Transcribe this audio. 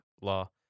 law